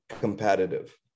competitive